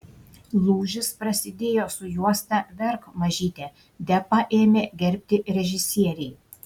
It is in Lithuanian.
lūžis prasidėjo su juosta verk mažyte depą ėmė gerbti režisieriai